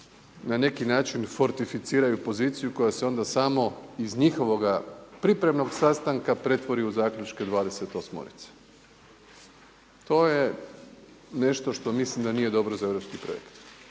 na neki način fortificiraju poziciju koja se onda samo iz njihovoga pripremnog sastanka pretvori u zaključke dvadeset osmorice. To je nešto što mislim da nije dobro za europski projekt.